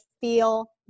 feel